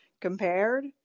compared